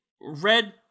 red